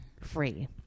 Free